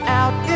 out